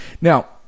Now